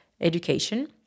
education